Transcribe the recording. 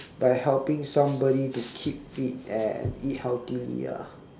by helping somebody to keep fit and eat healthily ah